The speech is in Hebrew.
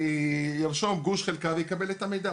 ירשום גוש/חלקה ויקבל את המידע.